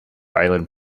island